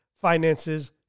finances